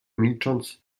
milcząc